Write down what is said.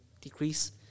decrease